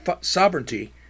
sovereignty